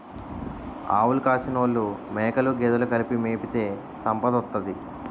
ఆవులు కాసినోలు మేకలు గేదెలు కలిపి మేపితే సంపదోత్తది